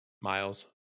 miles